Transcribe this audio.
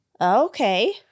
Okay